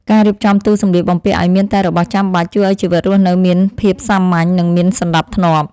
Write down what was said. ការរៀបចំទូសម្លៀកបំពាក់ឱ្យមានតែរបស់ចាំបាច់ ជួយឱ្យជីវិតរស់នៅមានភាពសាមញ្ញនិងមានសណ្តាប់ធ្នាប់។